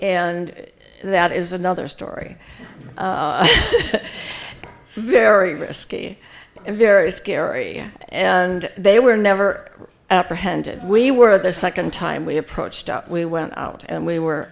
and that is another story very risky and very scary and they were never apprehended we were the second time we approached we went out and we were